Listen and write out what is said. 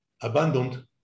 abandoned